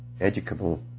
educable